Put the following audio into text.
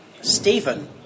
Stephen